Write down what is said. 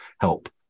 help